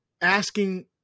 asking